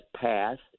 passed